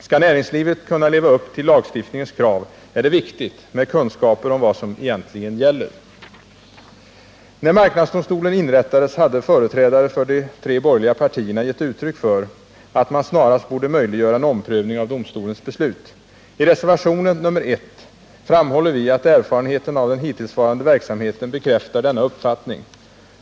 Skall näringslivet kunna leva upp till lagstiftningens krav är det viktigt med kunskaper om vad som egentligen gäller. När marknadsdomstolen inrättades hade företrädare för de tre borgerliga partierna gett uttryck för att man snarast borde möjliggöra en omprövning av domstolens beslut. I reservation nr 1 framhåller vi att erfarenheten av den hittillsvarande verksamheten bekräftar denna uppfattning.